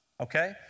Okay